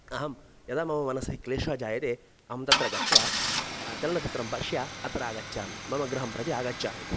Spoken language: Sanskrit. अहं यदा मम मनसि क्लेशः जायते अहं तत्र गत्वा चलनचित्रं पश्य अत्र आगच्छामि मम गृहं प्रति आगच्छामि